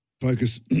Focus